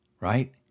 right